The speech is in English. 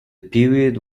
period